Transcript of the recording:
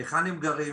היכן הם גרים.